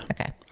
Okay